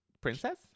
princess